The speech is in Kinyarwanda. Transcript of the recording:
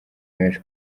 biyemeje